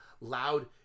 loud